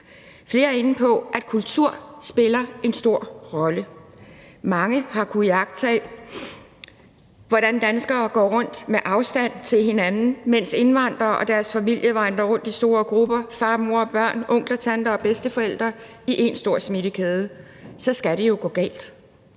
Flere er inde på, at kultur spiller en stor rolle. Mange har kunnet iagttage, hvordan danskere går rundt med afstand til hinanden, mens indvandrere og deres familier vandrer rundt i store grupper: far, mor og børn, onkler, tanter og bedsteforældre i en stor smittekæde. Så skal det jo gå galt.